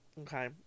Okay